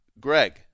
Greg